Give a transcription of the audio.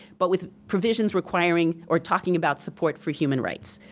but with provisions requiring or talking about support for human rights,